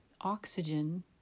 oxygen